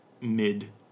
mid